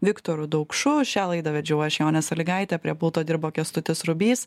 viktoru daukšu šią laidą vedžiau aš jonė sąlygaitė prie pulto dirbo kęstutis rubys